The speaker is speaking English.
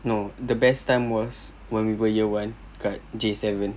no the best time was when we were year one kat J seven